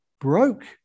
broke